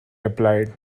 replied